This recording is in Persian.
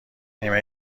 نیمه